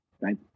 right